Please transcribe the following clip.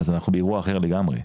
אז אנחנו באירוע אחר לגמרי.